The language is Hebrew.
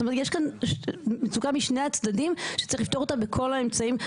יש כאן מצוקה משני הצדדים שצריך לפתור בכל האמצעים.